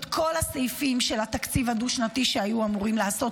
כל הסעיפים של התקציב הדו-שנתי שהיו אמורים לעשות,